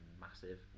massive